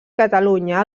catalunya